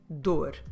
dor